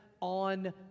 on